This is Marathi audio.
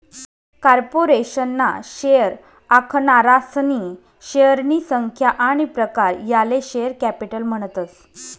कार्पोरेशन ना शेअर आखनारासनी शेअरनी संख्या आनी प्रकार याले शेअर कॅपिटल म्हणतस